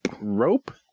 Rope